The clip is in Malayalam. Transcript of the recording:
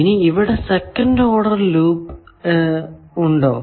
ഇനി ഇവിടെ സെക്കന്റ് ഓർഡർ ലൂപ്പ് ഉണ്ടോ